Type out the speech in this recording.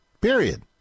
Period